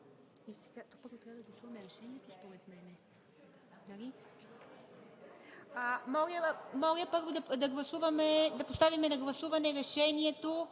Моля първо да поставим на гласуване Решението.